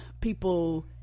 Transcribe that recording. people